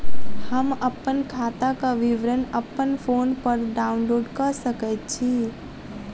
हम अप्पन खाताक विवरण अप्पन फोन पर डाउनलोड कऽ सकैत छी?